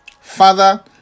Father